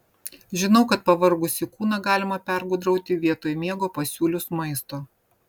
žinau kad pavargusį kūną galima pergudrauti vietoj miego pasiūlius maisto